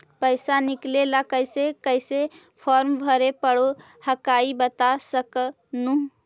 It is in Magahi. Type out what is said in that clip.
पैसा निकले ला कैसे कैसे फॉर्मा भरे परो हकाई बता सकनुह?